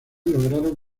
lograron